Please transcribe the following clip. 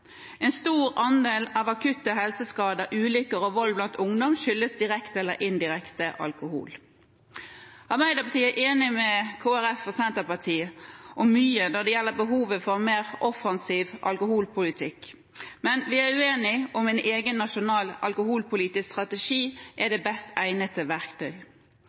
En stor andel av akutte helseskader, ulykker og vold blant ungdom skyldes direkte eller indirekte alkohol. Arbeiderpartiet er enig med Kristelig Folkeparti og Senterpartiet om mye når det gjelder behovet for en mer offensiv alkoholpolitikk, men vi er uenige om hvorvidt en egen nasjonal alkoholpolitisk strategi er det best egnede verktøy.